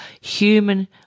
Human